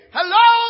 Hello